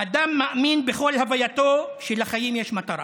"האדם מאמין בכל הווייתו שלחיים יש מטרה.